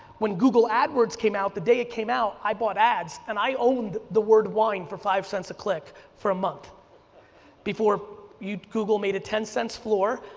when google adwords came out, the day it came out, i bought ads and i owned the word wine for five cents a click, for a month before google made a ten cents floor,